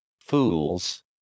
fools